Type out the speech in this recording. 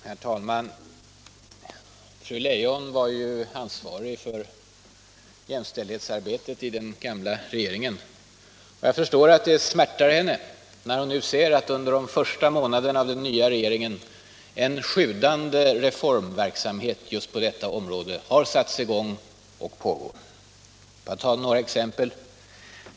Herr talman! Fru Leijon var ju ansvarig för jämställdhetsarbetet i den gamla regeringen. Jag förstår att det smärtar henne när hon ser att en sjudande reformverksamhet har satts i gång just på detta område under den nya regeringens första månader. Låt mig visa det med några exempel!